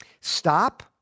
Stop